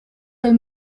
del